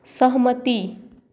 सहमति